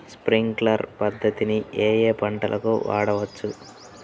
Sprinkler పద్ధతిని ఏ ఏ పంటలకు వాడవచ్చు?